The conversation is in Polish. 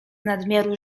nadmiaru